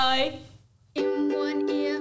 Bye